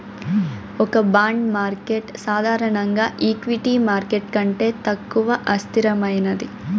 ఒక bond market సాధారణంగా equity market కంటే తక్కువ అస్థిరమైనది